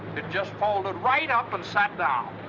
it just folded right up and sat down.